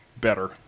better